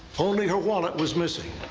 only her wallet was missing.